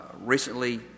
recently